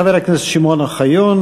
חבר הכנסת שמעון אוחיון,